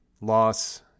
loss